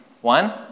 One